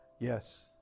Yes